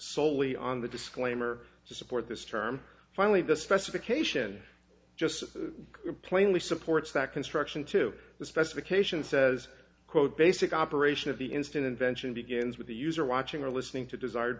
solely on the disclaimer to support this term finally the specification just plainly supports that construction to the specifications says quote basic operation of the instant invention begins with the user watching or listening to desired